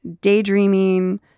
daydreaming